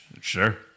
Sure